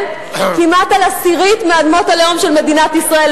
כמעט על עשירית מאדמות הלאום של מדינת ישראל.